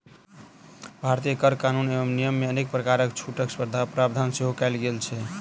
भारतीय कर कानून एवं नियममे अनेक प्रकारक छूटक प्रावधान सेहो कयल गेल छै